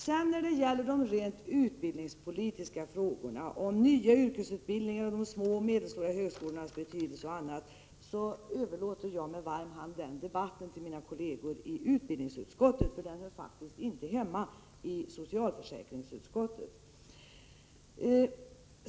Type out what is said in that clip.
När det sedan gäller de rent utbildningspolitiska frågorna, nya yrkesutbildningar, de små och medelstora högskolornas betydelse osv., överlåter jag med varm hand den debatten till mina kolleger i utbildningsutskottet. Den hör faktiskt inte hemma i socialförsäkringsutskottet.